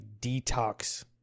detox